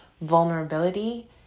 vulnerability